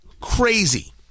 crazy